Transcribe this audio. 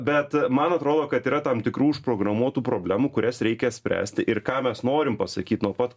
bet man atrodo kad yra tam tikrų užprogramuotų problemų kurias reikia spręsti ir ką mes norim pasakyt nuo pat